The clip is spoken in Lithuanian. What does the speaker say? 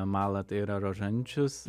malą tai yra rožančius